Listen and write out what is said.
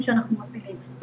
בוקר טוב לכולם,